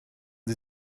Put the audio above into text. sie